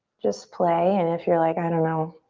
just play and if you're like, i don't know,